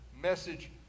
message